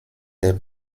des